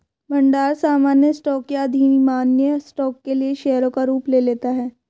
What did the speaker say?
भंडार सामान्य स्टॉक या अधिमान्य स्टॉक के लिए शेयरों का रूप ले लेता है